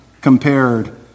compared